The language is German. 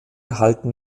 halten